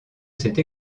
cette